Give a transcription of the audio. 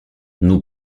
nous